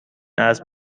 اسب